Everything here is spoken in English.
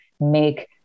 make